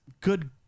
good